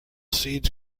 seeds